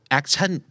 action